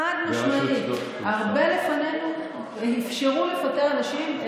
חד-משמעית, הרבה לפנינו אפשרו לפטר אנשים.